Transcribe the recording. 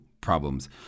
problems